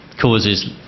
causes